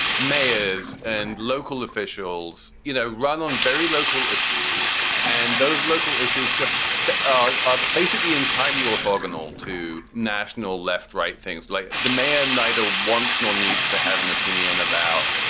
mayors and local officials, you know, run on very local issues and those local issues just but ah basically entirely orthogonal to national left right things like demand neither once nor needs to have an opinion about